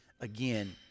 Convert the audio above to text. again